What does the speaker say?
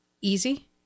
easy